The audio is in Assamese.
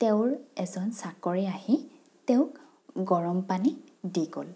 তেওঁৰ এজন চাকৰে আহি তেওঁক গৰমপানী দি গ'ল